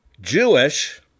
Jewish